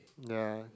ya